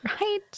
Right